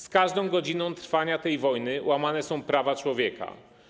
Z każdą godziną trwania tej wojny łamane są prawa człowieka.